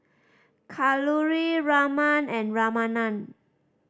Kalluri Raman and Ramanand